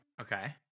Okay